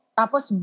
tapos